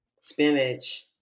Spinach